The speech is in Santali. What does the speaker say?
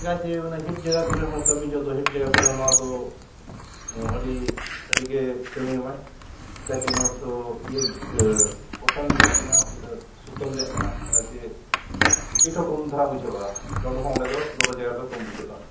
ᱪᱮᱫᱟᱜ ᱥᱮ ᱚᱱᱟ ᱦᱤᱴ ᱡᱟᱭᱜᱟ ᱠᱚᱨᱮ ᱦᱚᱸ ᱠᱟᱹᱢᱤ ᱡᱚᱦᱚᱜ ᱫᱚ ᱦᱤᱴ ᱡᱟᱭᱜᱟ ᱠᱚᱨᱮ ᱱᱚᱣᱟ ᱫᱚ ᱟᱹᱰᱤ ᱟᱹᱰᱤᱜᱮ ᱠᱟᱹᱢᱤ ᱮᱢᱟᱭ ᱪᱤᱠᱟᱹ ᱥᱮ ᱱᱚᱣᱟ ᱫᱚ ᱤᱭᱟᱹ ᱤᱭᱟᱹ ᱠᱚᱴᱚᱱ ᱨᱮᱱᱟᱜ ᱠᱟᱱᱟ ᱢᱟᱱᱮ ᱥᱩᱛᱟᱹᱢ ᱨᱮᱱᱟᱜ ᱠᱟᱱᱟ ᱚᱱᱟ ᱥᱮ ᱦᱤᱴ ᱦᱚᱸ ᱠᱚᱢ ᱫᱷᱟᱨᱟ ᱵᱩᱡᱷᱟᱹᱜᱼᱟ ᱞᱚᱞᱚ ᱦᱚᱸ ᱚᱸᱰᱮ ᱫᱚ ᱞᱚᱞᱚ ᱡᱟᱭᱜᱟ ᱨᱮᱫᱚ ᱠᱚᱢ ᱵᱩᱡᱷᱟᱹᱜᱼᱟ